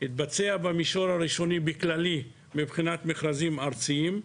בהתחלה זה היה כללי במכרזים ארציים,